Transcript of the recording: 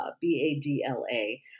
B-A-D-L-A